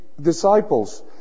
disciples